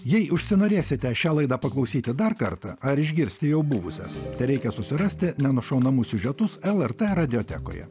jei užsinorėsite šią laidą paklausyti dar kartą ar išgirsti jau buvusias tereikia susirasti nenušaunamus siužetus lrt radiotekoje